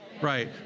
right